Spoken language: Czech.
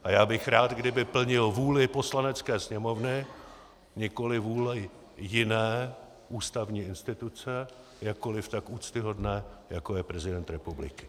A já bych rád, kdyby plnil vůli Poslanecké sněmovny, nikoliv vůli jiné ústavní instituce, jakkoliv tak úctyhodné, jako je prezident republiky.